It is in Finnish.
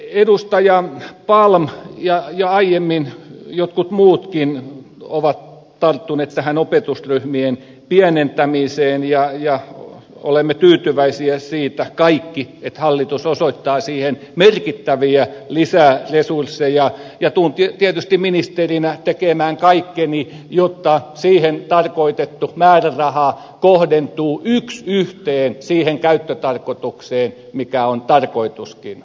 edustaja palm ja aiemmin jotkut muutkin ovat tarttuneet tähän opetusryhmien pienentämiseen ja olemme tyytyväisiä siitä kaikki että hallitus osoittaa siihen merkittäviä lisäresursseja ja tulen tietysti ministerinä tekemään kaikkeni jotta siihen tarkoitettu määräraha kohdentuu yksi yhteen siihen käyttötarkoitukseen mikä on tarkoituskin